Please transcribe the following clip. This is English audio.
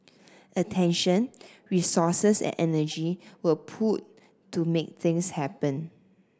attention resources and energy were pooled to make things happen